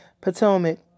Potomac